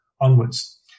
onwards